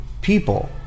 people